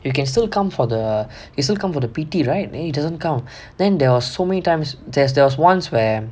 you can still come for the still come for the P_T right but he doesn't come then there are so many times there's there was once where